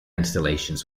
installations